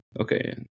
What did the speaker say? okay